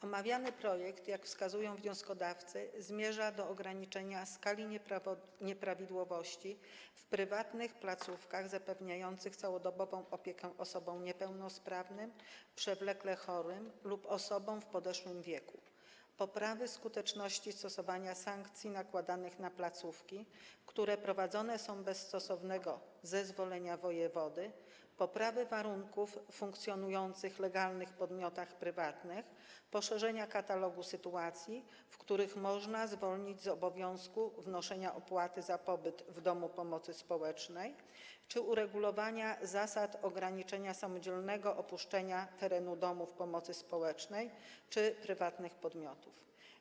Omawiany projekt, jak wskazują wnioskodawcy, zmierza do ograniczenia skali nieprawidłowości w prywatnych placówkach zapewniających całodobową opiekę osobom niepełnosprawnym, przewlekle chorym lub osobom w podeszłym wieku, poprawy skuteczności stosowania sankcji nakładanych na placówki, które prowadzone są bez stosownego zezwolenia wojewody, poprawy warunków w funkcjonujących legalnie podmiotach prywatnych, poszerzenia katalogu sytuacji, w których można zwolnić z obowiązku wnoszenia opłaty za pobyt w domu pomocy społecznej, czy uregulowania zasad ograniczenia samodzielnego opuszczenia terenu domów pomocy społecznej czy prywatnych podmiotów.